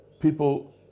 people